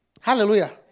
Hallelujah